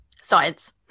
Science